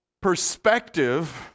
perspective